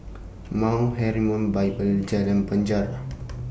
Mount Hermon Bible Jalan Penjara